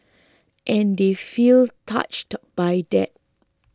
and they feel touched by that